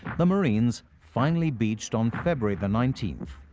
the marines finally beached on february the nineteenth,